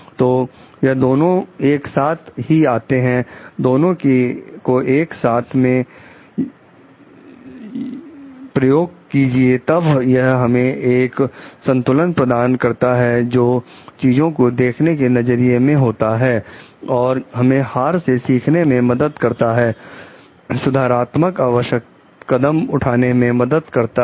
तो यह दोनों एक साथ ही आती हैं दोनों को एक साथ में शूज कीजिए तब यह हमें एक संतुलन प्रदान करती है जो चीजों को देखने के नजरिए में होता है और हमें हार से सीखने में मदद करता है और सुधारात्मक आवश्यक कदम उठाने में मददगार होता है